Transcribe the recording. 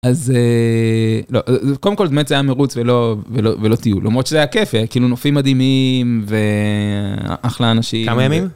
אז, לא, קודם כל באמת זה היה מרוץ ולא טיול. למרות שזה היה כיף, היה כאילו נופים מדהימים ואחלה אנשים. כמה ימים?